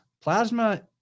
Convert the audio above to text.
Plasma